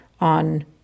on